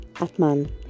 Atman